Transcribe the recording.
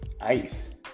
ice